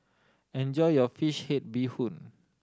enjoy your fish head bee hoon